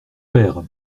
père